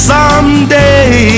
Someday